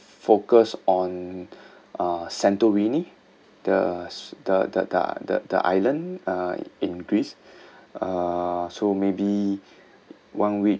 focus on uh santorini the s~ the the the the the island uh in greece uh so maybe one week